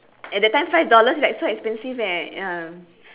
at that time five dollars is like so expensive eh ya